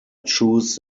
choose